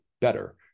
better